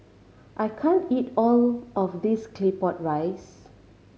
I can't eat all of this Claypot Rice